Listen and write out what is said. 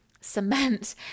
cement